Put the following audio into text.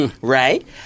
right